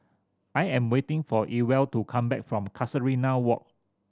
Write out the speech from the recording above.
I am waiting for Ewald to come back from Casuarina Walk